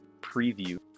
preview